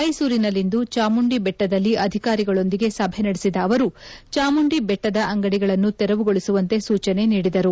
ಮೈಸೂರಿನಲ್ಲಿಂದು ಚಾಮುಂಡಿ ಬೆಟ್ಸದಲ್ಲಿ ಅಧಿಕಾರಿಗಳೊಂದಿಗೆ ಸಭೆ ನಡೆಸಿದ ಅವರು ಚಾಮುಂದಿ ಬೆಟ್ಟದ ಅಂಗಡಿಗಳನ್ನು ತೆರವುಗೊಳಿಸುವಂತೆ ಸೂಚನೆ ನೀಡಿದರು